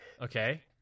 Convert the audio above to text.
Okay